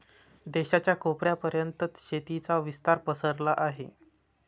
देशाच्या कोपऱ्या पर्यंत शेतीचा विस्तार पसरला आहे